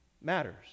matters